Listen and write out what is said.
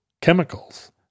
chemicals